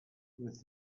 with